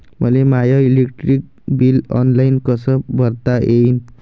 मले my electric bill online कस भरता येईन?